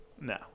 No